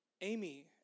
Amy